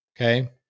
okay